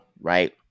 Right